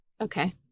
Okay